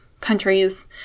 countries